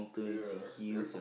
yeah and g~